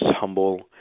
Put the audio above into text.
humble